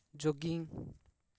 jogging